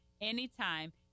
anytime